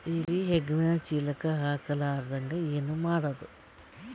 ಇಲಿ ಹೆಗ್ಗಣ ಚೀಲಕ್ಕ ಹತ್ತ ಲಾರದಂಗ ಏನ ಮಾಡದ?